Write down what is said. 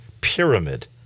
pyramid